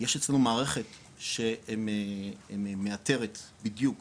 יש אצלנו מערכת שמאתרת בדיוק